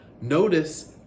Notice